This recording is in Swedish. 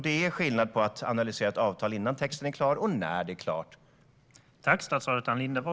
Det är skillnad på att analysera ett avtal innan texten är klar och när den är klar.